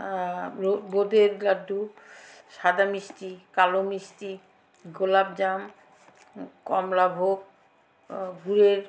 বোঁদের লাড্ডু সাদা মিষ্টি কালো মিষ্টি গোলাপ জাম কমলাভোগ গুড়ের